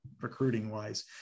recruiting-wise